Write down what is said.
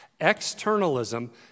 Externalism